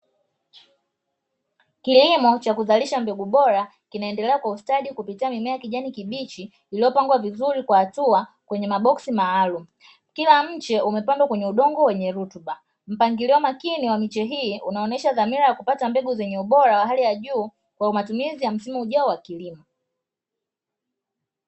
Kilimo cha kuzalisha mbegu bora kinaendelea kwa ustadi kupitia mimea ya kijani kibichi iliyopangwa vizuri kwa hatua kwenye maboksi maalumu. Kila mche umepandwa kwenye udongo wenye rutuba. Mpangilio makini wa miche hii unaonesha dhamira ya kupata mbegu ubora wa hali ya juu kwa matumizi ya msimu ujao wa kilimo.